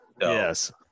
Yes